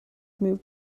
moved